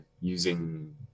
using